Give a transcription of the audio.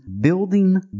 building